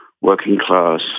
working-class